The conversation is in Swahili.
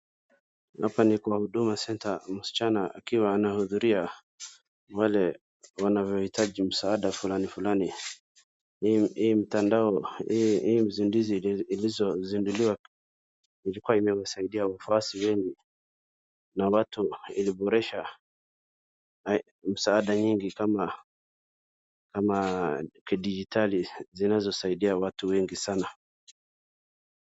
Hapa ni kwa Huduma Center msichana akiwa anahudhuria wale wanaohitaji msaada fulani. Hii mtandao hii uzinduzi ilizinduliwa ilikuwa inawasaidia waafuasi wengi na watu, iliboresha msaada nyingi kama kidijitali zinazosaidia watu wengi sana..